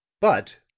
but,